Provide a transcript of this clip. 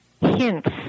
hints